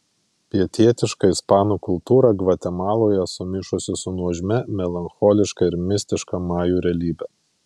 pietietiška ispanų kultūra gvatemaloje sumišusi su nuožmia melancholiška ir mistiška majų realybe